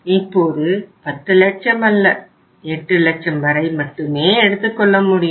இப்போது 10 லட்சம் அல்ல 8 லட்சம் வரை மட்டுமே எடுத்துக்கொள்ள முடியும்